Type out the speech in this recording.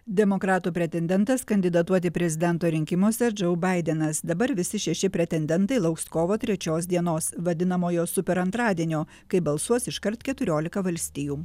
demokratų pretendentas kandidatuoti prezidento rinkimuose džou baidenas dabar visi šeši pretendentai lauks kovo trečios dienos vadinamojo super antradienio kai balsuos iškart keturiolika valstijų